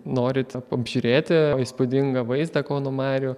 norit apžiūrėti įspūdingą vaizdą kauno marių